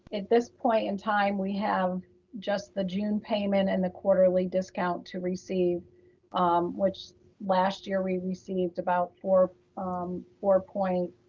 at this point in time, we have just the june payment and the quarterly discount to receive which last year we received about four um four point